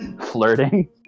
flirting